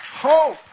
Hope